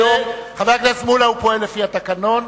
חבר הכנסת מולה, הוא פועל לפי התקנון.